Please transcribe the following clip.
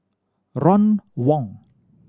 Ron Wong